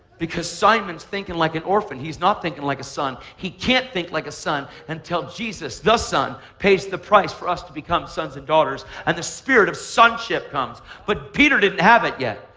because simon's thinking like an orphan. he's not thinking like a son. he can't think like a son until jesus, the son, pays the price for us to become sons and daughters, and the spirit of sonship comes. but peter didn't have it yet.